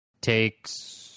takes